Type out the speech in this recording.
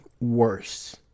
worse